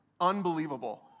unbelievable